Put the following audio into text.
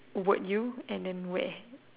would you and then where